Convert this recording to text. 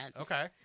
Okay